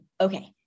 Okay